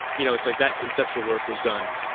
you know, it's like that conceptual work was done.